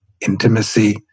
intimacy